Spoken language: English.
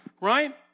Right